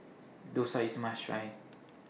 Dosa IS A must Try